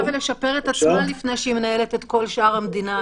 ולשפר את עצמה לפני שהיא מנהלת את כל שאר המדינה?